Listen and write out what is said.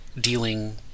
dealing